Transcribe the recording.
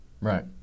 Right